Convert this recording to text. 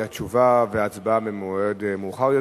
התשובה וההצבעה במועד מאוחר יותר.